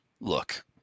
look